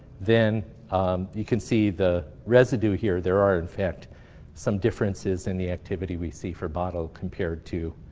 then you can see the residue here. there are in fact some differences in the activity we see for bottle compared to